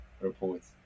reports